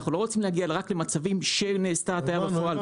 אנחנו לא רוצים להגיע רק למצבים שנעשתה הטעיה בפועל.